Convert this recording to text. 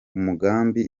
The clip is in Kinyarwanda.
umugambi